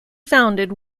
founded